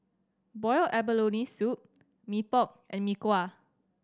boiled abalone soup Mee Pok and Mee Kuah